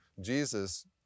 Jesus